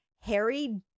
Harry